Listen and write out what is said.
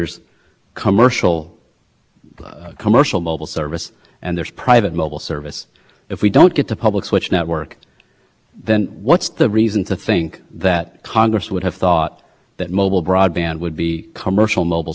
commercial mobile service and there's private mobile service if we don't get to public switch network then what's the reason to think that congress would have thought that mobile broadband would be commercial mobile service rather than private mobile service i'm not sure i understand